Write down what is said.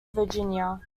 virginia